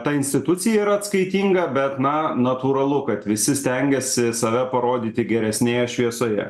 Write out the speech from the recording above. ta institucija yra atskaitinga bet na natūralu kad visi stengiasi save parodyti geresnėje šviesoje